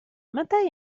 متى